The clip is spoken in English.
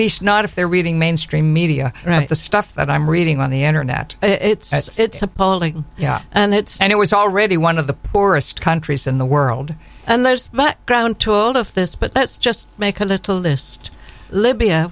least not if they're reading mainstream media the stuff that i'm reading on the internet it's appalling yeah and it and it was already one of the poorest countries in the world and there's but ground too old if this but let's just make a little list libya